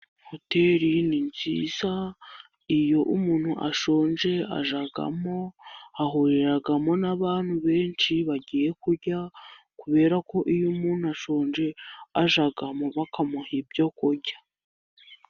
Hoteli ni nziza iyo umuntu ashonje ajyamo ahuriramo n'abantu benshi bagiye kurya, kuberako iyo umuntu ashonje ajyamo bakamuha ibyo kurya.